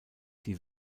die